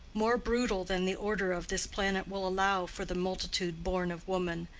more brutal than the order of this planet will allow for the multitude born of woman,